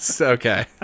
Okay